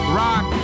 rock